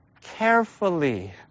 carefully